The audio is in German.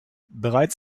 bereits